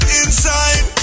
inside